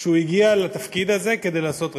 שהוא הגיע לתפקיד הזה כדי לעשות רפורמות,